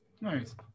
Nice